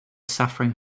suffering